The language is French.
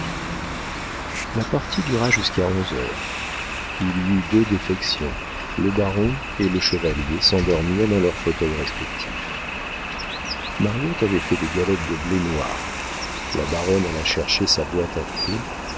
la partie dura jusqu'à onze heures il y eut deux défections le baron et le chevalier s'endormirent dans leurs fauteuils respectifs mariotte avait fait des galettes de blé noir la baronne alla chercher sa boîte à thé